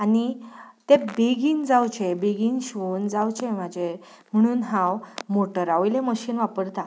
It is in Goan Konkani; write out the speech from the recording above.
आनी ते बेगीन जावचे बेगीन शिवून जावचे म्हाजे म्हुणून हांव मोटरावयलें मशीन वापरतां